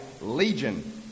legion